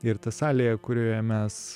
ir ta salė kurioje mes